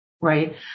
right